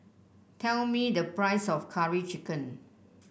tell me the price of Curry Chicken